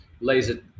laser